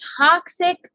toxic